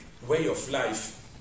way-of-life